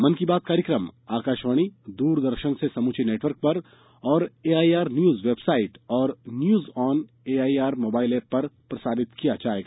मन की बात कार्यक्रम आकाशवाणी दूरदर्शन से समूचे नेटवर्क पर और एआईआर न्यूज वेबसाइट और news on AIR mobile app पर प्रसारित किया जायेगा